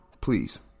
Please